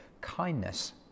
kindness